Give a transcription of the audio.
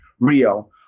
Rio